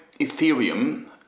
Ethereum